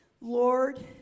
Lord